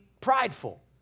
prideful